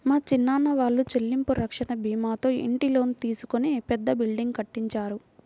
మా చిన్నాన్న వాళ్ళు చెల్లింపు రక్షణ భీమాతో ఇంటి లోను తీసుకొని పెద్ద బిల్డింగ్ కట్టించారు